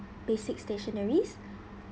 basics dictionaries